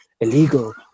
illegal